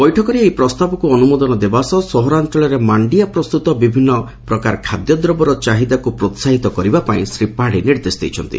ବୈଠକରେ ଏହି ପ୍ରସ୍ତାବକୁ ଅନୁମୋଦନ ଦେବା ସହ ସହରାଞ୍ଚଳରେ ମାଣ୍ଡିଆ ପ୍ରସ୍ତୁତ ବିଭିନ୍ ପ୍ରକାର ଖାଦ୍ୟ ଦ୍ରବର ଚାହିଦାକୁ ପ୍ରୋସାହିତ କରିବା ପାଇଁ ଶ୍ରୀ ପାତ୍ବୀ ନିର୍ଦ୍ଦେଶ ଦେଇଛନ୍ତି